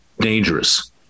dangerous